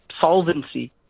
solvency